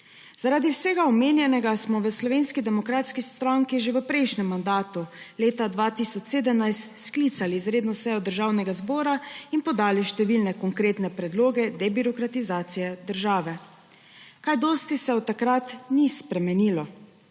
Zaradi vsega omenjenega smo v SDS že v prejšnjem mandatu leta 2017 sklicali izredno sejo Državnega zbora in podali številne konkretne predloge debirokratizacije države. Kaj dosti se od takrat ni spremenilo,